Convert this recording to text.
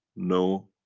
no